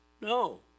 No